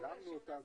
אני מכריזה על